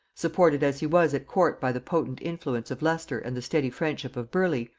supported as he was at court by the potent influence of leicester and the steady friendship of burleigh,